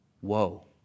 Whoa